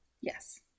Yes